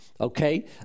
okay